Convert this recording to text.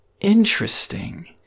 interesting